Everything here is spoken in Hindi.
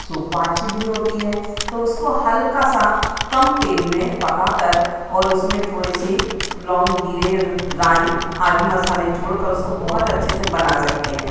सुपाच्य भी होती है तो उसको हल्का सा कम तेल में पकाकर और उसमें थोड़े से लौंग जीरे राई आदि मसाले छोड़कर उसको बहुत अच्छे से बना सकते हैं